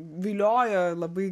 viliojo labai